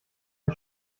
ein